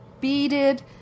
beaded